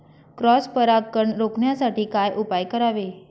Cross परागकण रोखण्यासाठी काय उपाय करावे?